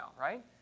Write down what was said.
right